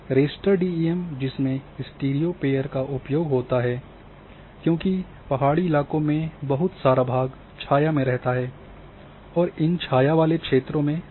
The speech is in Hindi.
रास्टर डीईएम जिसमें स्टीरियो पेयर का उपयोग होता है क्योंकि पहाड़ी इलाकों में बहुत सारा भाग छाया में रहता है और इन छाया वाले क्षेत्रों में समस्या रहती है